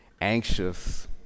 anxious